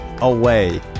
away